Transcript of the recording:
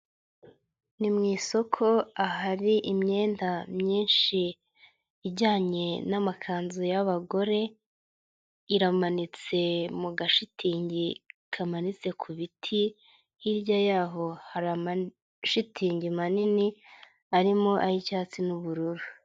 Ni mu isoko ahari imyenda myinshi ijyanye n'amakanzu y'abagore iramanitse mu gashitingi kamanitse ku biti, hirya yaho hari amashitingi manini arimo ay'icyatsi n'ubururu.